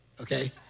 Okay